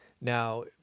Now